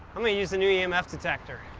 i'm gonna use the new yeah um emf detector.